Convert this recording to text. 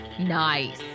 Nice